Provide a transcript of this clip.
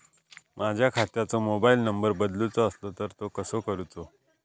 माझ्या खात्याचो mobile number बदलुचो असलो तर तो कसो करूचो?